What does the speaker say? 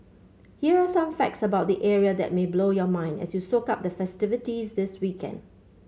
here are some facts about the area that may blow your mind as you soak up the festivities this weekend